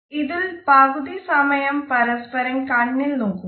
ഇതിൽ പകുതി സമയം പരസ്പരം കണ്ണിൽ നോക്കുന്നു